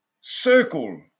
circle